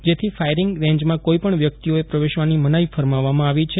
જેથી ફાયરીંગ રેંજમાં કોઇપણ વ્યકિતઓએ પ્રવેશવાની મનાઈ ફરમાવવામાં આવી છે